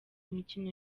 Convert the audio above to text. imikino